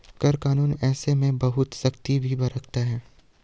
कर कानून ऐसे में बहुत सख्ती भी बरतता है